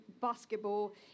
basketball